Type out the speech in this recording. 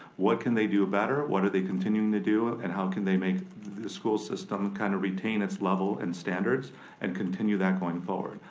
what can they do better? what are they continuing to do and how can they make the school system kinda retain it's level and standards and continue that going forward.